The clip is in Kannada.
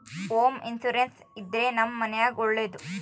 ಹೋಮ್ ಇನ್ಸೂರೆನ್ಸ್ ಇದ್ರೆ ನಮ್ ಮನೆಗ್ ಒಳ್ಳೇದು